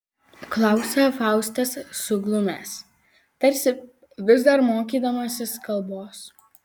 klausia faustas suglumęs tarsi vis dar mokydamasis kalbos